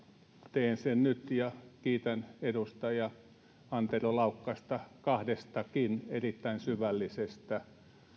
teen sen nyt ja kiitän edustaja antero laukkasta kahdestakin erittäin syvällisestä